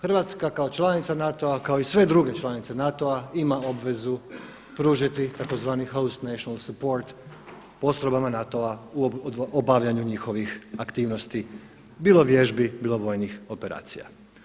Hrvatska kao članica NATO-a, kao i sve druge članice NATO-a ima obvezu pružiti tzv. host national support postrojbama NATO-a u obavljanju njihovih aktivnosti, bilo vježbi, bilo vojnih operacija.